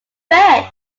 bed